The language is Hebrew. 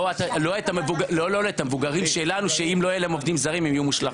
לא את המבוגרים שלנו שאם לא יהיה להם עובדים זרים הם יהיו מושלכים.